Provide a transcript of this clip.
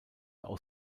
auch